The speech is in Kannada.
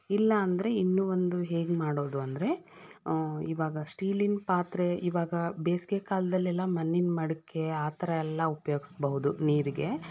ಇಲ್ಲ ಅಂದರೆ ಇನ್ನು ಒಂದು ಹೇಗೆ ಮಾಡೋದು ಅಂದರೆ ಇವಾಗ ಸ್ಟೀಲಿನ ಪಾತ್ರೆ ಇವಾಗ ಬೇಸಿಗೆ ಕಾಲದಲ್ಲೆಲ್ಲ ಮಣ್ಣಿನ ಮಡಕೆ ಆ ಥರ ಎಲ್ಲ ಉಪಯೋಗ್ಸ್ಬೌದು ನೀರಿಗೆ